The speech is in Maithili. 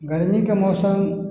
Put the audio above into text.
गरमीके मौसम